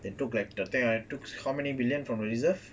they took like how many billion from the reserve